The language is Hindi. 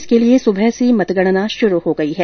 इसके लिए सुबह से मतगणना शुरू हो गई है